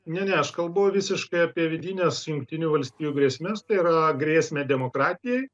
ne ne aš kalbu visiškai apie vidines jungtinių valstijų grėsmes tai yra grėsmę demokratijai